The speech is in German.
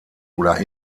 oder